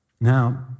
Now